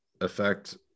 affect